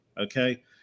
okay